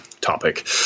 topic